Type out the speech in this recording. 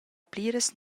pliras